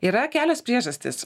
yra kelios priežastys